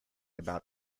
about